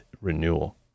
renewal